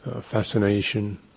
fascination